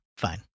fine